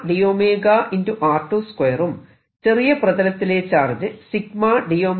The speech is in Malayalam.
r2 2 ഉം ചെറിയ പ്രതലത്തിലെ ചാർജ് d 𝝮